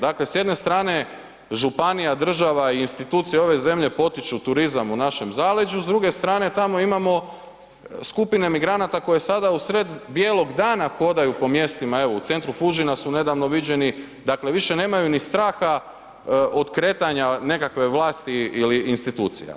Dakle, s jedne strane županija, država i institucije ove zemlje potiču turizam u našem zaleđu, s druge strane tamo imamo skupine migranata koje sada u sred bijelog dana hodaju po mjestima, evo u centru Fužina su nedavno viđeni dakle više nemaju ni straha od kretanja nekakve vlasti ili institucija.